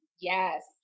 Yes